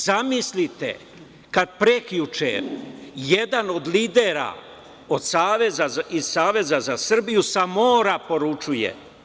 Zamislite kada prekjuče jedan od lidera iz Saveza za Srbiju sa mora poručuje.